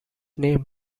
name